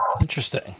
Interesting